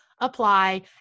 apply